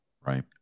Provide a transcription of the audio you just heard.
right